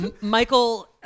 Michael